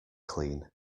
clean